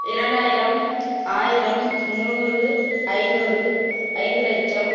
இரண்டாயிரம் ஆயிரம் நூறு ஐநூறு ஐந்து லட்சம்